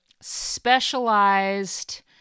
specialized